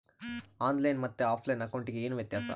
On line ಮತ್ತೆ ಆಫ್ಲೈನ್ ಅಕೌಂಟಿಗೆ ಏನು ವ್ಯತ್ಯಾಸ?